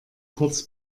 kurz